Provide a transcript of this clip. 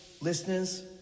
listeners